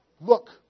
Look